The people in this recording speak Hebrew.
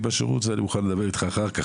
מבחינת שירות על זה אני מוכן לדבר איתך אחר כך,